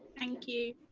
thank you.